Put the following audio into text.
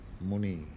muni